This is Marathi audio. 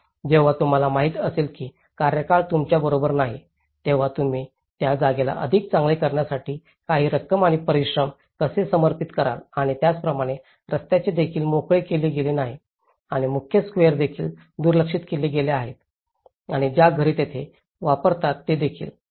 जेव्हा तुम्हाला माहिती असेल की कार्यकाळ तुमच्या बरोबर नाही तेव्हा तुम्ही त्या जागेला अधिक चांगले करण्यासाठी काही रक्कम आणि परिश्रम कसे समर्पित कराल आणि त्याचप्रमाणे रस्त्यांचे देखील मोकळे केले गेले नाही आणि मुख्य स्वेअर देखील दुर्लक्षित केले गेले आहेत आणि ज्या घरे येथे ते वापरतात ते देखील